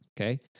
Okay